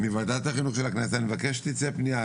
מוועדת החינוך של הכנסת אני מבקש שתצא פניה,